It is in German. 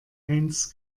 eins